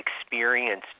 experience